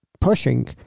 pushing